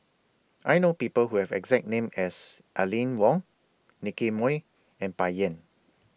I know People Who Have The exact name as Aline Wong Nicky Moey and Bai Yan